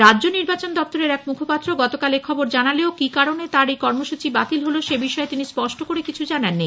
রাজ্য নির্বাচন দপ্তরের এক মুখপাত্র গতকাল এখবর জানালেও কি কারণে তাঁর এই কর্মসূচি বাতিল হল সে বিষয়ে তিনি স্পষ্ট করে কিছু জানান নি